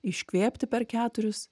iškvėpti per keturis